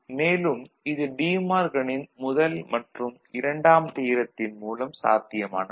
மேலும் இது டீ மார்கனின் முதல் மற்றும் இரண்டாம் தியரத்தின் மூலம் சாத்தியமானது